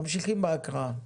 ממשיכים בהקראה.